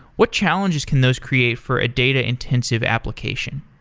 what challenges can those create for a data-intensive application?